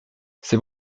c’est